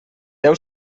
deu